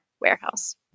warehouse